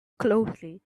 closely